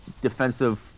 defensive